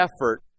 effort